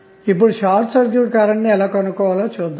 ఇప్పుడు short circuit current ను ఎలా కనుక్కోవాలో చూద్దాము